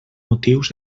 motius